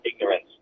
ignorance